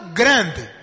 grande